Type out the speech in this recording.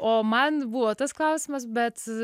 o man buvo tas klausimas bet